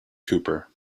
cooper